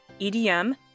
EDM